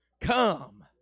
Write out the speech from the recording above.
come